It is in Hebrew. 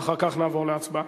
ואחר כך נעבור להצבעה.